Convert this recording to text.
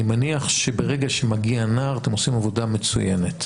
אני מניח שברגע שמגיע נער אתם עושים עבודה מצוינת.